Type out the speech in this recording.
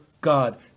God